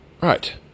Right